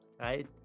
right